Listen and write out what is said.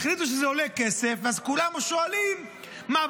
החליטו שזה עולה כסף, אז כולם שואלים מה?